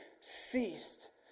ceased